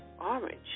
orange